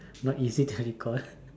not easy to recall